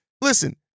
listen